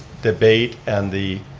debate and the